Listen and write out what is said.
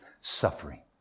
Suffering